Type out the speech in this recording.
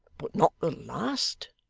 but not the last